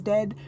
Dead